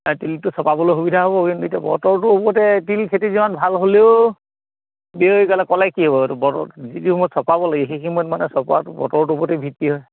তিলটো চপাবলৈ সুবিধা হ'ব কিন্তু এতিয়া বতৰটো ওপৰতে তিল খেতি যিমান ভাল হ'লেও ক'লে ক'লে কি হ'ব যিটো সময়ত চপাব লাগে সেই সময়ত মানে ভিত্তি হয়